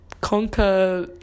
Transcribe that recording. conquer